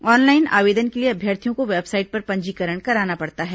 online आवेदन के लिए अभ्यर्थियों को वेबसाइट पर पंजीकरण कराना पड़ता है